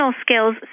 skills